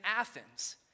Athens